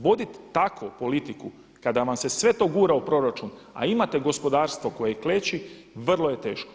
Vodit tako politiku kada vam se sve to gura u proračun, a imate gospodarstvo koje kleči vrlo je teško.